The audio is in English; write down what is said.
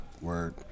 Word